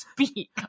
speak